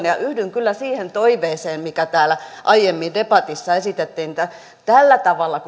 ja yhdyn kyllä siihen toiveeseen mikä täällä aiemmin debatissa esitettiin että tällä tavalla